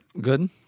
Good